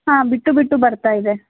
ಹಾಂ ಬಿಟ್ಟು ಬಿಟ್ಟು ಬರ್ತಾ ಇದೆ